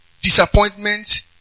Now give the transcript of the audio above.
disappointment